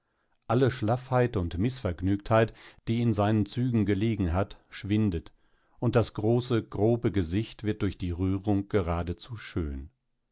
alle schlaffheit und mißvergnügtheit die in seinen zügen gelegen hat schwindet und das große grobe gesicht wird durch die rührung geradezu schön